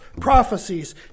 prophecies